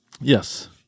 yes